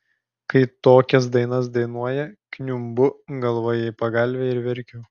kai tokias dainas dainuoja kniumbu galva į pagalvę ir verkiu